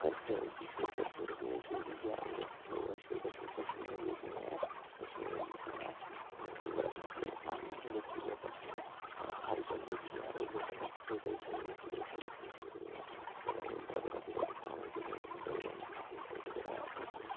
culture ऐ उसी show करी सकदे जो बी ऐ ओह्दे थ्रू अस शो करी सकदे सोशल मीडिया जियां ऐ सोशल मीडिया साढ़ा बड़ा बड्डा प्लेटफार्म ऐ एह्दे थ्रू अस अपनी हर गल्ल जेह्ड़ी ऐ ओह् लोकें तक पजाई सकदे सोशल मीडिया जेह्ड़ा बड़ा बड्डा प्लेटफार्म ऐ जेह्दी बजह् कन्नै आर्टिस्ट जेह्ड़ा ऐ ओह्